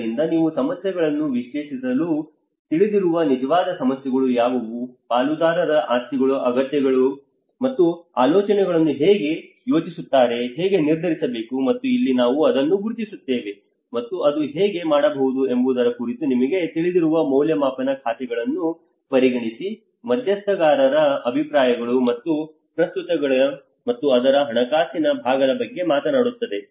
ಆದ್ದರಿಂದ ನೀವು ಸಮಸ್ಯೆಗಳನ್ನು ವಿಶ್ಲೇಷಿಸಲು ತಿಳಿದಿರುವ ನಿಜವಾದ ಸಮಸ್ಯೆಗಳು ಯಾವುವು ಪಾಲುದಾರರ ಆಸಕ್ತಿಯ ಅಗತ್ಯತೆಗಳು ಅವರು ಆಲೋಚನೆಗಳನ್ನು ಹೇಗೆ ಯೋಜಿಸುತ್ತಾರೆ ಹೇಗೆ ನಿರ್ಧರಿಸಬೇಕು ಮತ್ತು ಇಲ್ಲಿ ನಾವು ಅದನ್ನು ಗುರುತಿಸುತ್ತೇವೆ ಮತ್ತು ಅದು ಹೇಗೆ ಮಾಡಬಹುದು ಎಂಬುದರ ಕುರಿತು ನಿಮಗೆ ತಿಳಿದಿರುವ ಮೌಲ್ಯಮಾಪನ ಖಾತೆಗಳನ್ನು ಪರಿಗಣಿಸಿ ಮಧ್ಯಸ್ಥಗಾರರ ಅಭಿಪ್ರಾಯಗಳು ಮತ್ತು ಪ್ರಸ್ತುತತೆಗಳ ಮತ್ತು ಅದರ ಹಣಕಾಸಿನ ಭಾಗದ ಬಗ್ಗೆ ಮಾತನಾಡುತ್ತದೆ